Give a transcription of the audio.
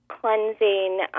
cleansing